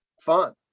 fun